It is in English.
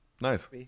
nice